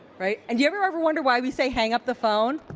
right? and you ever you ever wonder why we say hang up the phone?